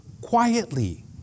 quietly